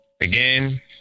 Again